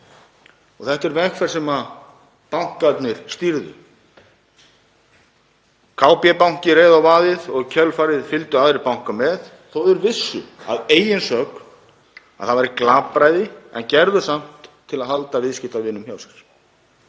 dag. Þetta er vegferð sem bankarnir stýrðu. KB-banki reið á vaðið og í kjölfarið fylgdu aðrir bankar með þótt þeir vissu að eigin sögn að það væri glapræði, en gerðu það samt til að halda viðskiptavinum hjá sér.